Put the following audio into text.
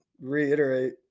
reiterate